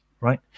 Right